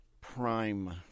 prime